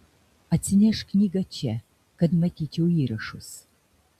atsinešk knygą čia kad matyčiau įrašus